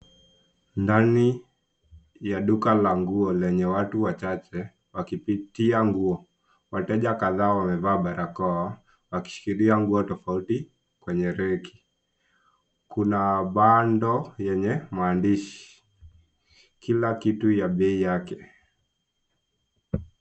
Ndani ya duka la nguo lenye watu wachache wakipitia nguo. Wateja kadhaa wamevaa barakoa wakishikilia nguo tofauti kwenye reki. Kuna bango lenye maandishi. Kila kitu ya bei yake.